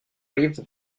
rive